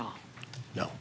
all no